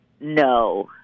no